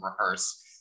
rehearse